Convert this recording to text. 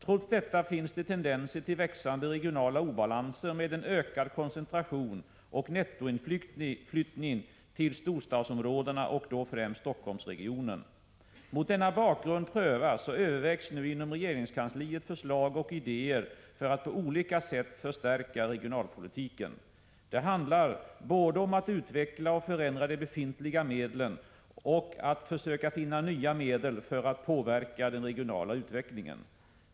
Trots detta finns det tendenser till växande regionala obalanser med en ökad koncentration och nettoinflyttning till storstadsområdena och då främst Stockholmsregionen. Mot denna bakgrund prövas och övervägs nu inom regeringskansliet förslag och idéer för att på olika sätt —- Prot. 1986/87:8 förstärka regionalpolitiken. Det handlar både om att utveckla och förändra — 16 oktober 1986 de befintliga medlen och att försöka finna nya medel för att påverka den Om sörsläldbeskali regionala utvecklingen.